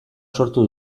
sortu